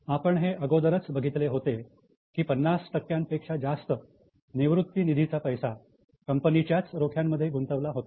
आपण हे अगोदरच बघितले होते की पन्नास टक्क्यांपेक्षा जास्त निवृत्ती निधीचा पैसा कंपनीच्याच रोख्यांमध्ये गुंतवला होता